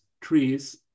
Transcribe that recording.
trees